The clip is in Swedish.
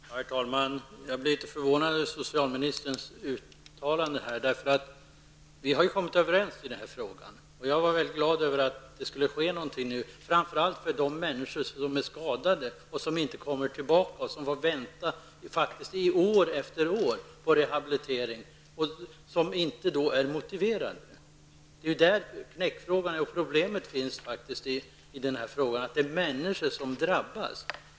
Herr talman! Jag blev litet förvånad över socialministerns uttalande. Vi har ju kommit överens i den här frågan. Jag var väldigt glad över att det nu skulle ske någonting, framför allt för de människor som är skadade, som inte kan komma tillbaka och som får vänta på rehabilitering år efter år och därför inte är motiverade. Problemet och knäckfrågan är just att det är människor som drabbas.